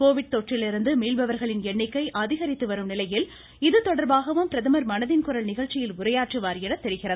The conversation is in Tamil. கோவிட் தொற்றிலிருந்து மீள்பவர்களின் எண்ணிக்கை அதிகரித்து வரும் நிலையில் இதுதொடர்பாகவும் பிரதமர் மனதின் குரல் நிகழ்ச்சியில் உரையாற்றுவார் என தெரிகிறது